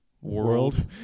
World